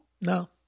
no